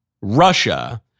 Russia